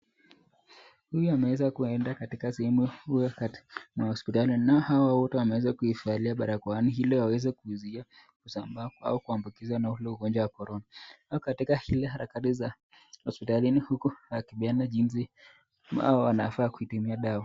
Huyu ameweza kuenda katika sehemu iliyo hospitali nao hawa wote wameweza kuivalia barakoa ili waweze kuzuia kusambaa kwa au kuambukizwa ugonjwa wa corona. Nao katika ile harakati za hospitalini huku akipeana jinsi nao wanafaa kuitumia dawa.